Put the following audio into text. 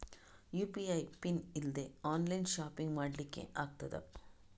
UPI pin ಇಲ್ದೆ online shopping ಮಾಡ್ಲಿಕ್ಕೆ ಆಗ್ತದಾ?